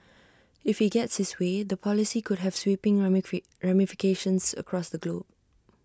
if he gets his way the policy could have sweeping ramifications across the globe